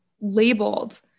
labeled